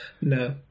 No